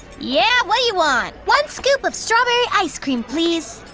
yeah, what do you want? one scoop of strawberry ice cream, please.